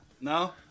No